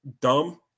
dumb